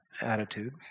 attitude